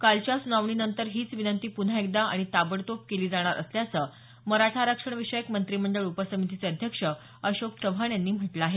कालच्या सुनावणीनंतर हीच विनंती पुन्हा एकदा आणि ताबडतोब केली जाणार असल्याचे मराठा आरक्षण विषयक मंत्रिमंडळ उपसमितीचे अध्यक्ष अशोक चव्हाण यांनी म्हटलं आहे